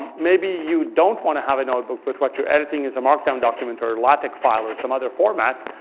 maybe you don't want to have a notebook, but what you're editing is a markdown document or latex file or some other format,